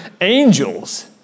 angels